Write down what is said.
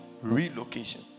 Relocation